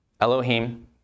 Elohim